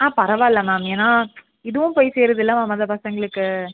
ஆ பரவாயில்ல மேம் ஏன்னால் இதுவும் போய் சேருதில்ல மேம் அந்த பசங்களுக்கு